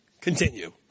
Continue